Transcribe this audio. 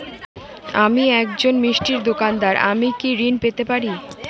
আমি একজন মিষ্টির দোকাদার আমি কি ঋণ পেতে পারি?